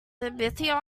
tabitha